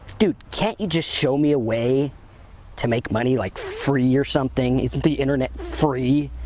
dude, can't you just show me a way to make money, like, free or something? isn't the internet free?